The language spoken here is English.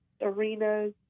arenas